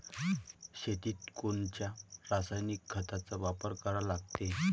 शेतीत कोनच्या रासायनिक खताचा वापर करा लागते?